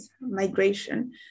migration